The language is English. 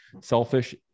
selfish